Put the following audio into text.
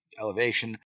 elevation